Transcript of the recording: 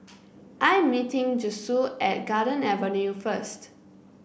I am meeting Josue at Garden Avenue first